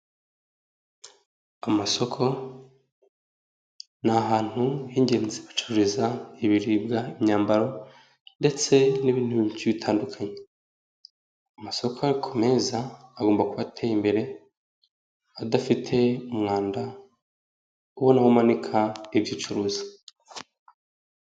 Amasoko ni ahantu h'ingenzi bacururiza ibiribwa, imyambaro ndetse n'ibintu bi bitandukanye, amasoko meza agomba kuba ateye imbere, adafite umwanda, ubona aho umanika ibyo ucuruza.